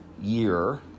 year